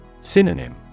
Synonym